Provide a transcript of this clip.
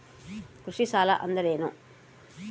ಕೃಷಿ ಸಾಲ ಅಂದರೇನು?